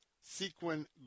sequin